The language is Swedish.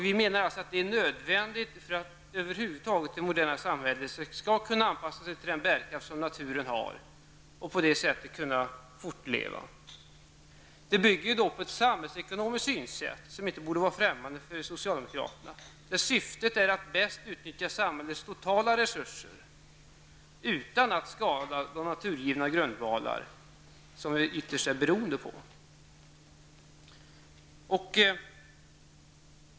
Vi menar att det är nödvändigt om det moderna samhället över huvud taget skall kunna anpassa sig till den bärkraft som naturen har och på det sättet kunna fortleva. Detta bygger på ett samhällsekonomiskt synsätt som inte borde vara främmande för socialdemokraterna. Syftet är att bäst utnyttja samhällets totala resurser utan att skada de naturgivna grundvalar som vi ytterst är beroende av.